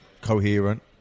coherent